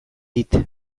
dit